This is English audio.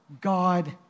God